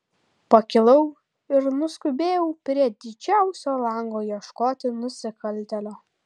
pakilau ir nuskubėjau prie didžiausio lango ieškoti nusikaltėlio